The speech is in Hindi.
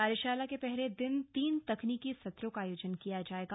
कार्यशाला के पहले दिन तीन तकनीकी सत्रों का आयोजन किया जाएगा